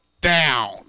down